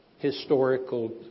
historical